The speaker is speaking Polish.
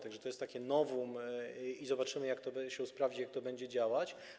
Tak że to jest takie novum i zobaczymy, jak to się sprawdzi, jak to będzie działać.